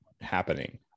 happening